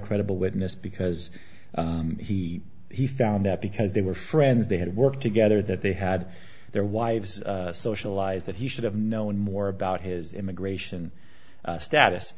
credible witness because he he found out because they were friends they had worked together that they had their wives socialized that he should have known more about his immigration status